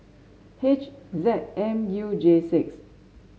H Z M U J six